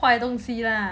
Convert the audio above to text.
坏东西 lah